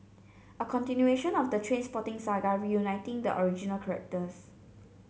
a continuation of the Trainspotting saga reuniting the original characters